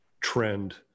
trend